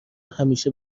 همیشه